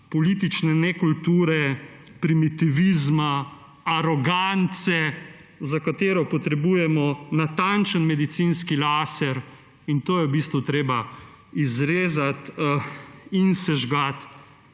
politične nekulture, primitivizma, arogance, za katero potrebujemo natančen medicinski laser in to je v bistvu treba izrezati in sežgati